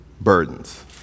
burdens